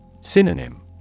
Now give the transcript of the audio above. Synonym